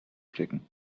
stecken